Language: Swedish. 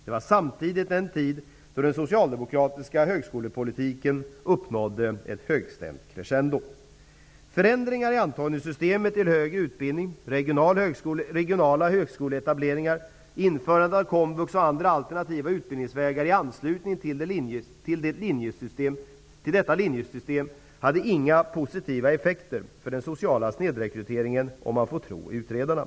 Det var samtidigt den tid då den socialdemokratiska högskolepolitiken uppnådde ett högstämt cresendo. Förändringar i antagningssystemet till högre utbildning, regionala högskoleetableringar, införandet av komvux och andra alternativa utbildningsvägar i anslutning till detta linjesystem hade inga positiva effekter för den sociala snedrekryteringen om man får tro utredarna.